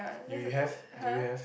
you have do you have